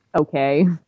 okay